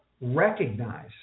recognize